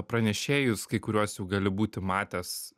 pranešėjus kai kuriuos jau gali būti matęs